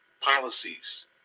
policies